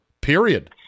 period